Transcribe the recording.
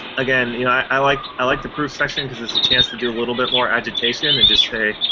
again, you know i like i like the proof section because it's a chance to do a little bit more agitation, to and just say,